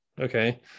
Okay